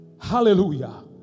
Hallelujah